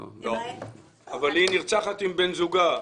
אבל היא נרצחת עם בעלה.